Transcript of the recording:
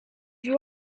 you